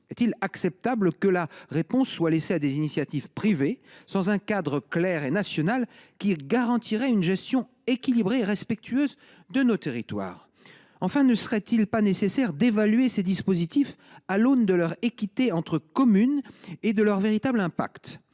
Est il acceptable que la réponse soit laissée à des initiatives privées, sans un cadre clair et national qui garantirait une gestion équilibrée et respectueuse de nos territoires ? Enfin, ne serait il pas nécessaire d’évaluer ces dispositifs à l’aune de leur équité entre communes et de leur véritable impact ?